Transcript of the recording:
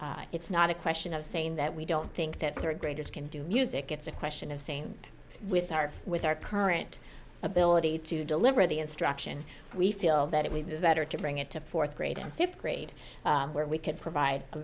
it's not a question of saying that we don't think that third graders can do music it's a question of saying with our with our current ability to deliver the instruction we feel that it would be better to bring it to fourth grade in fifth grade where we could provide a